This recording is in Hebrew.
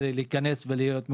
להיכנס ולהיות מעוגן.